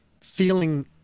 feeling